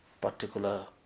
particular